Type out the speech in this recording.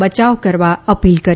બચાવ કરવા અપીલ કરી છે